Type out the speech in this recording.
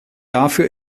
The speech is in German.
dafür